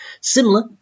similar